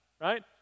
right